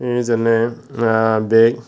যেনে বেগ